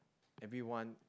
everyone